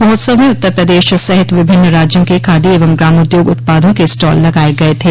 महोत्सव में उत्तर प्रदेश सहित विभिन्न राज्यों के खादी एवं ग्रामोद्योग उत्पादों के स्टाल लगाये गये थे